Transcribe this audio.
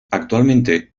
actualmente